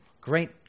Great